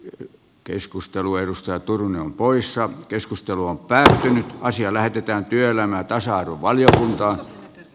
yk keskustelu edustaa turunen on poissa keskustelu on päätetty asia lähetetään työelämä ja saanut paljonkaan